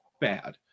bad